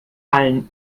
allen